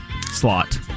slot